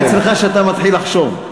הבעיה אצלך שאתה מתחיל לחשוב.